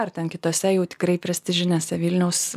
ar ten kitose jau tikrai prestižinėse vilniaus